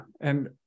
and-